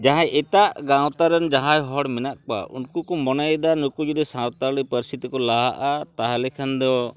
ᱡᱟᱦᱟᱸ ᱮᱴᱟᱜ ᱜᱟᱶᱛᱟᱨᱮᱱ ᱡᱟᱦᱟᱸᱭ ᱦᱚᱲ ᱢᱮᱱᱟᱜ ᱠᱚᱣᱟ ᱩᱱᱠᱩ ᱠᱚ ᱢᱚᱱᱮᱭᱮᱫᱟ ᱱᱩᱠᱩ ᱡᱩᱫᱤ ᱥᱟᱶᱛᱟᱞᱤ ᱯᱟᱹᱨᱥᱤ ᱛᱮᱠᱚ ᱞᱟᱦᱟᱜᱼᱟ ᱛᱟᱦᱚᱞᱮ ᱠᱷᱟᱱ ᱫᱚ